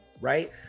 right